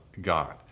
God